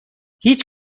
هیچ